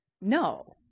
No